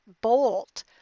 bolt